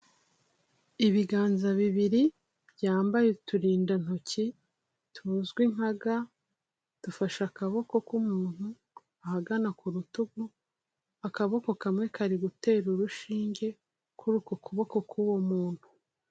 Ibiganza bibiri byambaye uturindantoki tuzwi nka "ga" dufashe akaboko k'umuntu ahagana ku rutugu, akaboko kamwe kari gutera urushinge kuri uko kuboko k'uwo muntu.